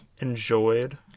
enjoyed